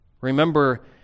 Remember